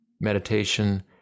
meditation